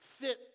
fit